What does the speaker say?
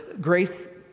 Grace